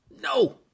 No